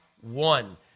one